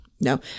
No